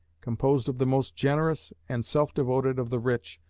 composed of the most generous and self-devoted of the rich,